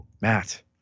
Matt